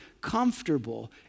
comfortable